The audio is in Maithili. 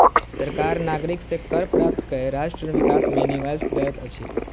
सरकार नागरिक से कर प्राप्त कय राष्ट्र विकास मे निवेश दैत अछि